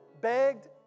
begged